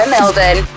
Melbourne